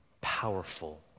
powerful